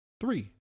three